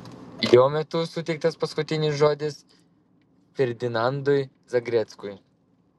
jo metu suteiktas paskutinis žodis ferdinandui zagreckui